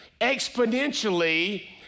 exponentially